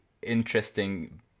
interesting